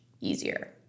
easier